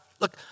Look